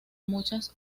muchas